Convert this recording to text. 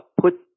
put